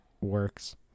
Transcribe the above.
works